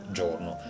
giorno